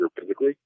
physically